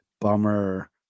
Bummer